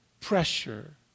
pressure